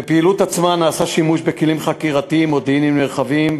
בפעילות עצמה נעשה שימוש בכלים חקירתיים-מודיעיניים נרחבים,